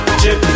chip